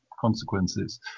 consequences